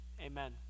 Amen